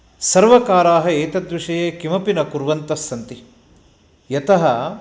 सर्वकाराः एतद्विषये किमपि न कुर्वन्तस्सन्ति यतः